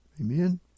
Amen